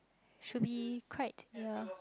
should be quite near